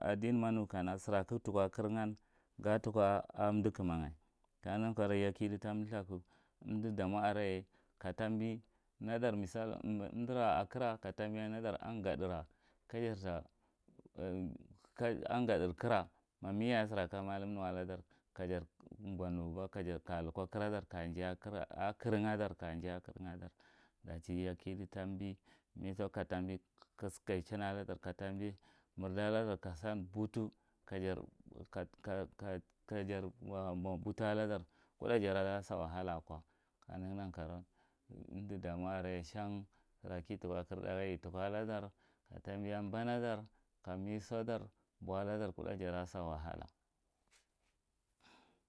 adin ina nuking sir aka tuko a kirgah ga tuko aka umdi kuma’a, ka neghi nankarou ya kidi tambi thύrk umdi damonye ka tambiya nadir umdira a kira ka tambiya nadir umgadi ra ungadi kira mmi yaye sir aka mallam nuwa ladar kaja geye ako kirah kajar go nauba kajai ako kirennadar dachi yakidi tambi ka, tambi kiske chin a ladar katambi mirda hadar kasan butu ka kajar mob utu dadar kuda jara sa wahala kames bou ladar kuda jara sa wahala